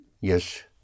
Yes